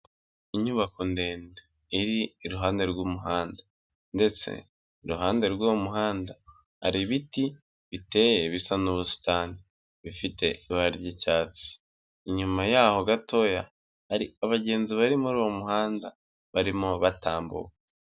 Inyubako ndende iri iruhande rw'umuhanda ndetse iruhande rw'uwo muhanda hari ibiti biteye bisa n'ubusitani bifite ibara ry'icyatsi, inyuma yaho gatoya hari abagenzi bari muri uwo muhanda barimo batambuka.